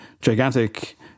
gigantic